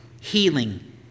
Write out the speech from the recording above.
healing